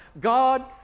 God